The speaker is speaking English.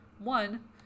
One